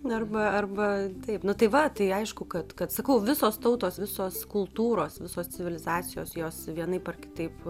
arba arba taip nu tai va tai aišku kad kad sakau visos tautos visos kultūros visos civilizacijos jos vienaip ar kitaip